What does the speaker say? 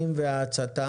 אנחנו עוד לא הצבענו על זה.